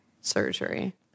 surgery